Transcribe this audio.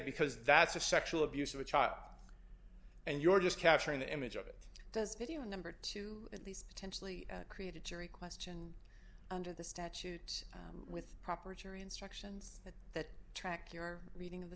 because that's a sexual abuse of a child and your just capturing the image of it does video number two at least potentially create a jury question under the statute with proper jury instructions that track your reading of the